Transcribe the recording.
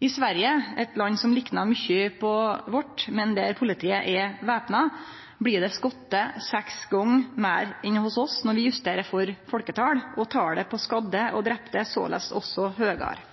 I Sverige, eit land som liknar mykje på vårt, men der politiet er væpna, blir det skote seks gonger meir enn hos oss når vi justerer for folketal, og talet på skadde og drepne er såleis også høgare.